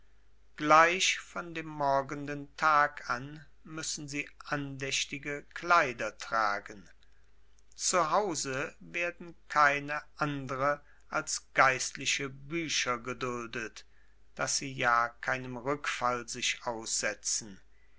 gleich von dem morgenden tag an müssen sie andächtige kleider tragen zu hause werden keine andre als geistliche bücher geduldet daß sie ja keinem rückfall sich aussetzen